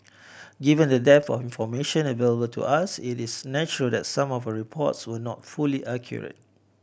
given the dearth of information available to us it is natural that some of reports were not fully accurate